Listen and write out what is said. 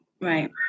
right